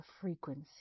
frequency